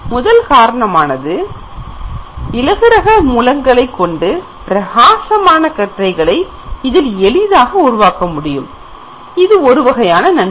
முதல் காரணமானது இலகுரக மூலங்களைக் கொண்டு பிரகாசமான கற்றைகளை இதில் எளிதாக உருவாக்க முடியும் இது ஒரு வகையான நன்மை